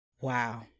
Wow